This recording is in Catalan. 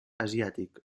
asiàtic